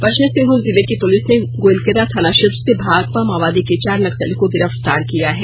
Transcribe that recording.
पश्चिमी सिंहभूम जिले की पुलिस ने गोईलकेरा थाना क्षेत्र से भाकपा माओवादी के चार नक्सलियों को गिरफ्तार किया है